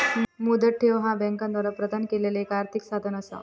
मुदत ठेव ह्या बँकांद्वारा प्रदान केलेला एक आर्थिक साधन असा